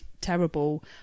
terrible